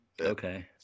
Okay